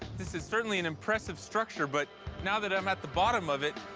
this is certainly an impressive structure, but now that i'm at the bottom of it,